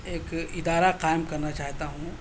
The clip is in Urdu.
ایک ادارہ قائم کرنا چاہتا ہوں